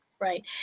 Right